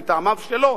מטעמיו שלו,